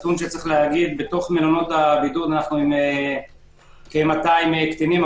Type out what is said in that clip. בתוך מלונות הבידוד אנחנו עם כ-200 קטינים.